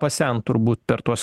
pasent turbūt per tuos